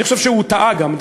אני חושב שהוא טעה גם,